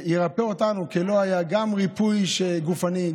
וירפא אותנו גם ריפוי גופני,